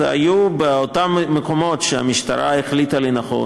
באותם מקומות שהמשטרה החליטה לנכון,